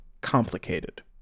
complicated